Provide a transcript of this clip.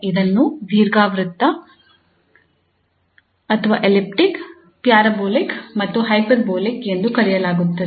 ಇದನ್ನು ದೀರ್ಘವೃತ್ತ ಪ್ಯಾರಾಬೋಲಿಕ್ ಮತ್ತು ಹೈಪರ್ಬೋಲಿಕ್ ಎಂದು ಕರೆಯಲಾಗುತ್ತದೆ